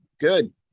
good